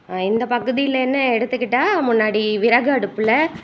இந்த பகுதியில்ன்னு எடுத்துக்கிட்டால் முன்னாடி விறகு அடுப்பில்